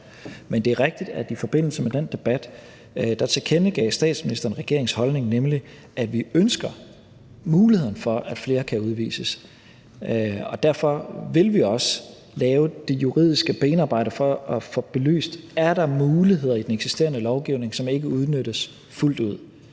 Men det er rigtigt, at i forbindelse med den debat tilkendegav statsministeren regeringens holdning, nemlig at vi ønsker muligheden for, at flere kan udvises. Derfor vil vi også lave det juridiske benarbejde for at få belyst, om der er muligheder i den eksisterende lovgivning, som ikke udnyttes fuldt ud.